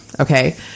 Okay